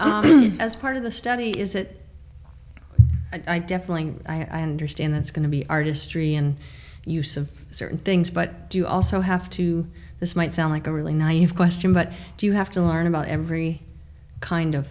and as part of the study is it i definitely i understand that's going to be artistry and use of certain things but you also have to this might sound like a really naive question but do you have to learn about every kind of